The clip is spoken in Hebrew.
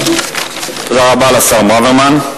תודה רבה לשר ברוורמן.